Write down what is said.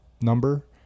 number